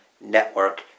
Network